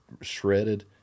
shredded